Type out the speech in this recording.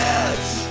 edge